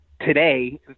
today